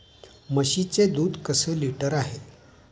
म्हशीचे दूध कसे लिटर आहे?